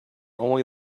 only